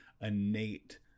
innate